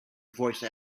voice